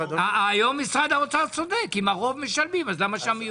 היום משרד האוצר צודק; אם הרוב משלמים למה שהמיעוט לא ישלם?